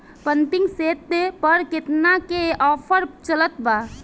Pumping set पर केतना के ऑफर चलत बा?